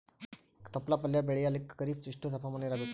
ತೊಪ್ಲ ಪಲ್ಯ ಬೆಳೆಯಲಿಕ ಖರೀಫ್ ಎಷ್ಟ ತಾಪಮಾನ ಇರಬೇಕು?